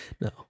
no